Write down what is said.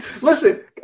listen